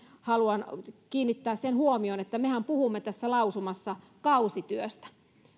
haluan kiinnittää huomion siihen että mehän puhumme tässä lausumassa kausityöstä